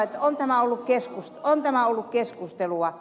on tämä ollut keskustelua